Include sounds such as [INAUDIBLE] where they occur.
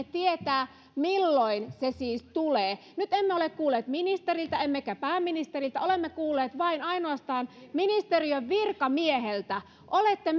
[UNINTELLIGIBLE] tietää milloin se siis tulee nyt emme ole kuulleet ministeriltä emmekä pääministeriltä olemme kuulleet ainoastaan ministeriön virkamieheltä olette [UNINTELLIGIBLE]